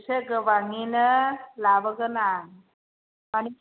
इसे गोबाङैनो लाबोगोन आं माने